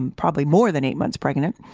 and probably more than eight months pregnant,